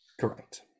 Correct